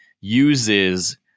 uses